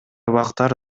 бактар